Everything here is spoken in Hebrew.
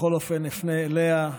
בכל אופן אפנה אליה,